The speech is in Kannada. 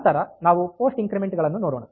ನಂತರ ನಾವು ಪೋಸ್ಟ್ ಇಂಕ್ರಿಮೆಂಟ್ ಗಳನ್ನು ನೋಡೋಣ